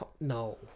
No